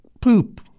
poop